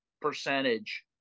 percentage